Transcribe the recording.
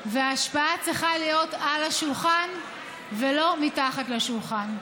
וההשפעה צריכה להיות על השולחן ולא מתחת לשולחן.